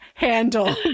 handle